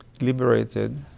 liberated